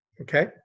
Okay